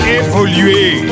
évoluer